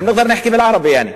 אחנא נקדר נחכּי באל-ערבּי יעני.